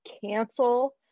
cancel